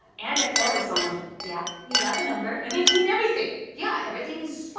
and i flirted with someone yeah, you got the number and they cleaned everything yeah everything's.